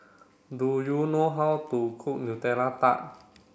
do you know how to cook Nutella Tart